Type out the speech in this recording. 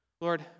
Lord